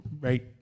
right